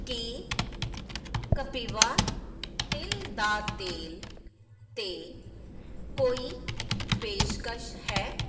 ਕੀ ਕਪਿਵਾ ਤਿਲ ਦਾ ਤੇਲ ਤੇ ਕੋਈ ਪੇਸ਼ਕਸ਼ ਹੈ